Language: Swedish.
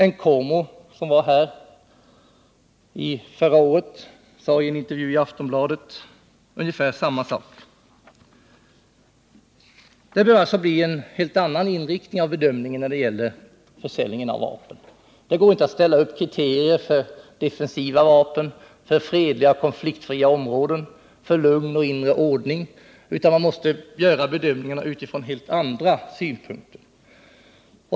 Och Nkomo, som var här förra året, sade i en intervju i Aftonbiadet ungefär samma sak. Det bör alltså bli en helt annan inriktning av bedömningen när det gäller försäljningen av vapen. Det går inte att ställa upp kriterier för defensiva vapen, för fredliga och konfliktfria områden, för lugn och inre ordning, utan man måste göra bedömningen från helt andra utgångspunkter.